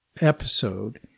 episode